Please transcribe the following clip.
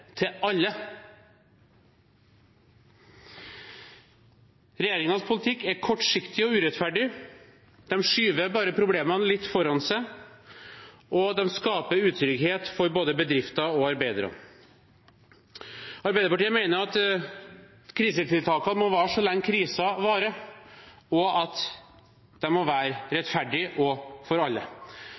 til alle. Regjeringens politikk er kortsiktig og urettferdig. De skyver bare problemene litt foran seg, og de skaper utrygghet for både bedrifter og arbeidere. Arbeiderpartiet mener at krisetiltakene må vare så lenge krisen varer, at de må være rettferdige og for alle.